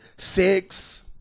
Six